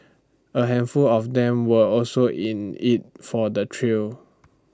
A handful of them were also in IT for the thrill